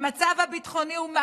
זה פשוט מדהים,